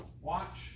watch